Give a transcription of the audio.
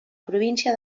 província